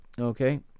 Okay